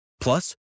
Plus